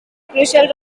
crucial